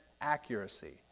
accuracy